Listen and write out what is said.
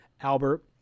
Albert